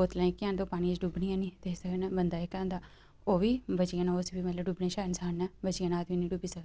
बोतलां जेह्कियां हैन तां ओह् पानियै च डुबदियां नेईं इसदे कन्नै बंदा जेह्का होंदा ओह् बी बची जाना उस बी मतलब डुब्बने शा इन्सान बची जाना ऐ नेईं ते डुब्बी सकदा